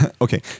Okay